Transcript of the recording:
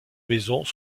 maisons